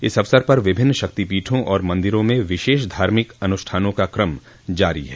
इस अवसर पर विभिन्न शक्तिपीठों और मंदिरों में विशेष धार्मिक अनुष्ठानों का कम जारी है